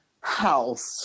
house